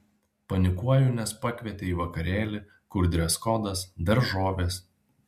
panikuoju nes pakvietė į vakarėlį kur dreskodas daržovės